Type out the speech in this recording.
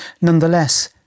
Nonetheless